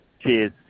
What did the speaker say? Cheers